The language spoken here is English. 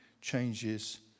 changes